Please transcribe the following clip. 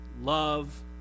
Love